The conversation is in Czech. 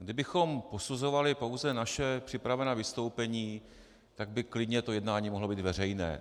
Kdybychom posuzovali pouze naše připravená vystoupení, tak by klidně to jednání mohlo být veřejné.